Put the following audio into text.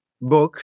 book